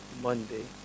Monday